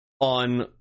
on